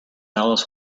alice